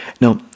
now